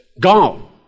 gone